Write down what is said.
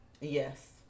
Yes